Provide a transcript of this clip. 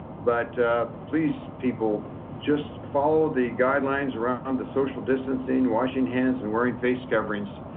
but please people just follow the guidelines around um the social distancing, washing hands, and wearing face coverings